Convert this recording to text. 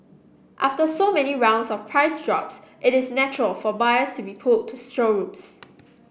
after so many rounds of price drops it is natural for buyers to be pulled to showrooms